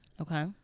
Okay